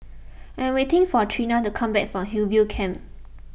I am waiting for Trena to come back from Hillview Camp